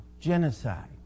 Genocide